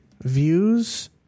Views